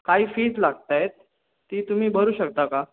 काही फीज लागत आहेत ती तुम्ही भरू शकता का